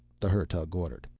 the hertug ordered.